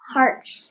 Heart's